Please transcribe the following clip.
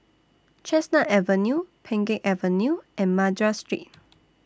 Chestnut Avenue Pheng Geck Avenue and Madras Street